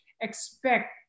expect